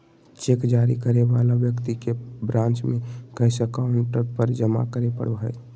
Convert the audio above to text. cheque जारी करे वाला व्यक्ति के ब्रांच में कैश काउंटर पर जमा करे पड़ो हइ